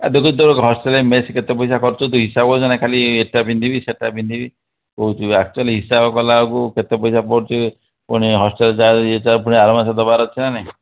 ଏ ଦେଖୁଛୁ ତୋର ହଷ୍ଟେଲ୍ରେ ମେସ୍ କେତେ ପଇସା ଖର୍ଚ୍ଚ ତୁ ହିସାବ କଲେ ସିନା ଖାଲି ଏଇଟା ପିନ୍ଧିବି ସେଇଟା ପିନ୍ଧିବି କହୁଛୁ ଆକ୍ଚୁଆଲି ହିସାବ କଲା ବେଳକୁ କେତେ ପଇସା ପଡ଼ୁଛି ପୁଣି ହଷ୍ଟେଲ୍ ଚାର୍ଜ୍ ହିସାବ ପୁଣି ଆର ମାସରେ ଦେବାର ଅଛି ନା ନାହିଁ